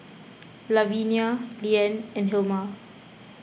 Lavinia Leann and Hilma